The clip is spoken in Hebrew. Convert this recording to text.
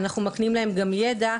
אנחנו מקנים להם גם ידע,